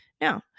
Now